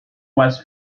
was